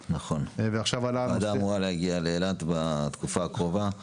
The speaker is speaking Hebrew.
--- העבודה אמורה להגיע לאילת בתקופה הקרובה.